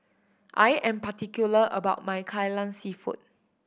I am particular about my Kai Lan Seafood